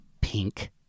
Pink